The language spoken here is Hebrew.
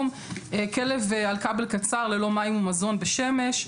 כלב על כבל קצר, ללא מים ומזון בשמש.